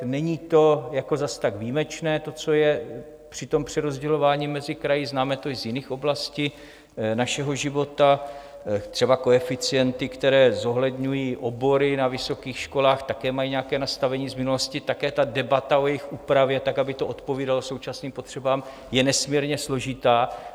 Není to zase tak výjimečné, to, co je při tom přerozdělování mezi kraji, známe to i z jiných oblastí našeho života, třeba koeficienty, které zohledňují obory na vysokých školách, také mají nějaké nastavení z minulosti a také ta debata o jejich úpravě, aby to odpovídalo současným potřebám, je nesmírně složitá.